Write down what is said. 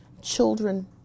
children